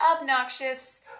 obnoxious